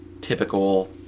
typical